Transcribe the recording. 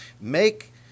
Make